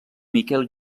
miquel